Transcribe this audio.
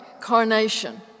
carnation